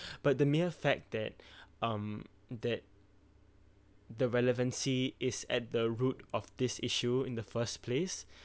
but the mere fact that um that the relevancy is at the root of this issue in the first place